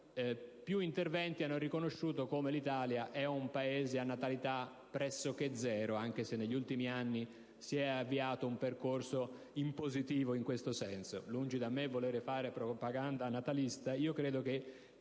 più interventi hanno riconosciuto come l'Italia sia un Paese a natalità pressoché zero, anche se negli ultimi anni si è avviato un percorso in positivo in questo senso. Lungi da me voler fare propaganda natalista, ma credo che